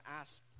ask